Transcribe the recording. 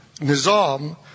Nizam